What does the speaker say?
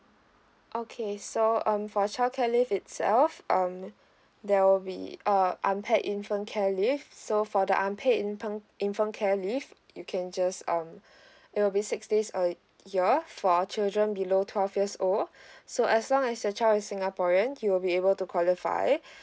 okay so um for childcare leave itself um there will be a unpaid infant care leave so for the unpaid infant infant care leave you can just um it will be six days a year for a children below twelve years old so as long as your child is singaporeans you will be able to qualify